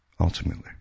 ultimately